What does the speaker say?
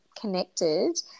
connected